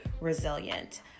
resilient